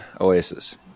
Oasis